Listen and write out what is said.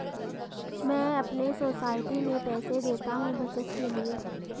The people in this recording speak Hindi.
मैं अपने सोसाइटी में पैसे देता हूं बचत के लिए